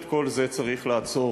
את כל זה צריך לעצור,